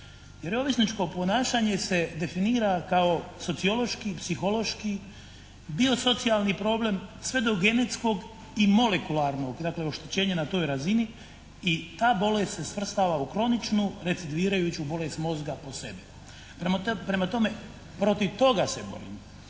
Jer ovisničko ponašanje se definira kao sociološki, psihološki, biosocijalni problem sve do genetskog i molekularnog, dakle oštećenja na toj razini i ta bolest se svrstava u kroničnu, recidirajuću bolest mozga posebno. Prema tome, protiv toga se borimo.